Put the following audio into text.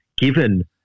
given